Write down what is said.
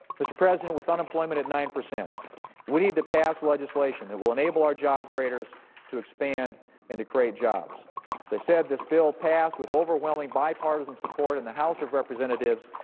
mr. president, with unemployment at nine, we need to pass legislation that will enable our job creators to expand and to create jobs. as i said, this bill passed with overwhelming bipartisan support in the house of representatives.